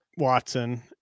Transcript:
watson